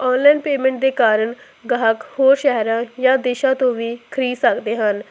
online payment ਦੇ ਕਾਰਨ ਗਾਹਕ ਹੋਰ ਸ਼ਹਿਰਾਂ ਜਾਂ ਦੇਸ਼ਾ ਤੋਂ ਵੀ ਖਰੀਦ ਸਕਦੇ ਹਨ